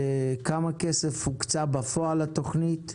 כמה כסף הוקצה בפועל לתוכנית,